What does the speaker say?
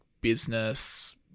business